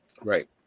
Right